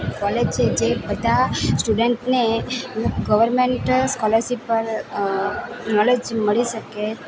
college છે જે બધા સ્ટુડન્ટને અમુક ગવર્મેન્ટ સ્કોલરશીપ પર નોલેજ મળી શકે